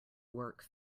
work